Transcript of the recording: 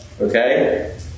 Okay